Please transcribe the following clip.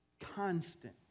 constant